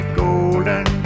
golden